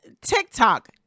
TikTok